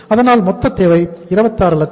அதனால் மொத்த தேவை 26 லட்சம்